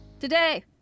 Today